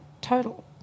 total